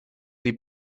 sie